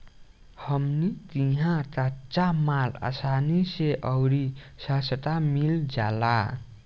हमनी किहा कच्चा माल असानी से अउरी सस्ता मिल जाला